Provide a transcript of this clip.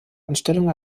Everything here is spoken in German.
anstellung